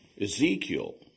Ezekiel